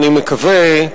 אני מקווה,